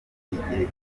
igihe